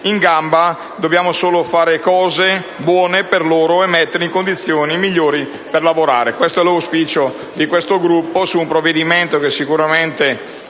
in gamba: dobbiamo solo fare cose buone per loro e metterli nelle condizioni migliori per lavorare. Questo è l'auspicio del mio Gruppo su un provvedimento che sicuramente